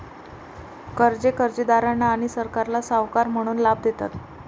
कर्जे कर्जदारांना आणि सरकारला सावकार म्हणून लाभ देतात